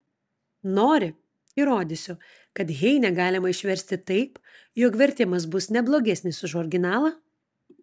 nori įrodysiu kad heinę galima išversti taip jog vertimas bus ne blogesnis už originalą